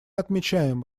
отмечаем